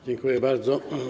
Dziękuję bardzo.